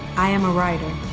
i am a writer.